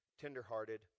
tenderhearted